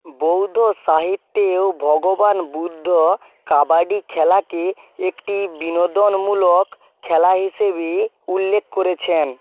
বৌদ্ধ সাহিত্যেও ভগবান বুদ্ধ কবাডি খেলাকে একটি বিনোদনমূলক খেলা হিসেবে উল্লেখ করেছেন